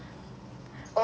oh